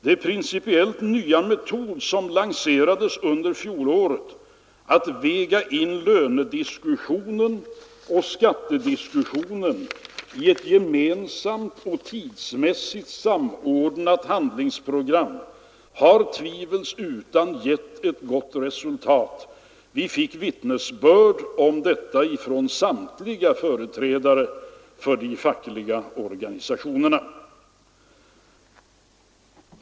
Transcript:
Den principiellt nya metod som lanserades under fjolåret, att väga in lönediskussionen och skattediskussionen i ett gemensamt och tidsmässigt samordnat handlingsprogram, har tvivelsutan gett ett gott resultat. Vi fick vittnesbörd om detta från samtliga företrädare för de fackliga organisationerna.